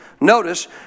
notice